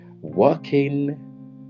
working